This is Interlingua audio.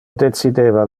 decideva